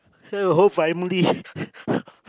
here got whole family